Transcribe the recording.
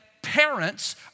parents